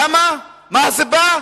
למה, מה הסיבה?